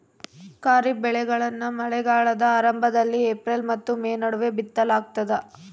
ಖಾರಿಫ್ ಬೆಳೆಗಳನ್ನ ಮಳೆಗಾಲದ ಆರಂಭದಲ್ಲಿ ಏಪ್ರಿಲ್ ಮತ್ತು ಮೇ ನಡುವೆ ಬಿತ್ತಲಾಗ್ತದ